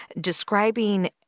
describing